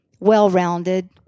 well-rounded